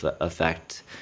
effect